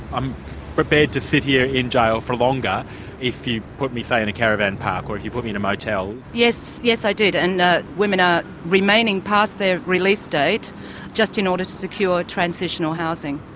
i'm prepared to sit here in jail for longer if you put me, say, in a caravan park, or if you put me in a motel? yes, i did, and women are remaining past their release date just in order to secure transitional housing.